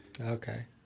Okay